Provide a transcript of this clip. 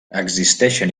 existeixen